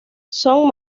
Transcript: son